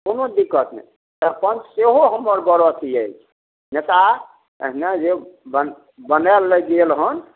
कोनो दिक्कत नहि अपन सेहो हमर बड़ अथी अछि नेता एहना जे बन बनाएल गेल हन